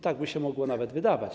Tak by się mogło nawet wydawać.